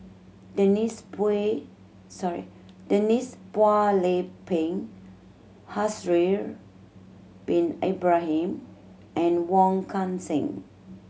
Denise Pay sorry Denise Phua Lay Peng Haslir Bin Ibrahim and Wong Kan Seng